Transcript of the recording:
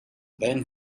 then